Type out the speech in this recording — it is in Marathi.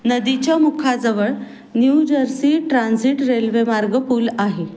नदीच्या मुखाजवळ न्यू जर्सी ट्रान्झिट रेल्वेमार्ग पूल आहे